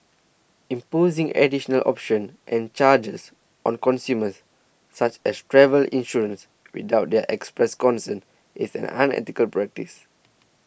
imposing additional options and charges on consumers such as travel insurance without their express consent is an unethical practice